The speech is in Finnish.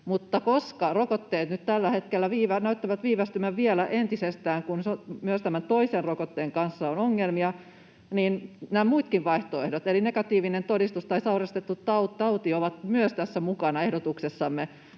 näyttävät nyt tällä hetkellä viivästyvän vielä entisestään, kun myös tämän toisen rokotteen kanssa on ongelmia. Nämä muutkin vaihtoehdot, eli negatiivinen todistus ja sairastettu tauti, ovat mukana tässä ehdotuksessamme,